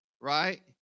right